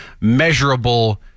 measurable